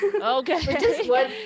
Okay